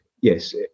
Yes